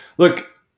Look